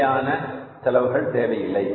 நிலையான செலவுகள் தேவையில்லை